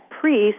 priest